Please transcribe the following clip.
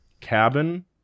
cabin